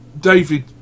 David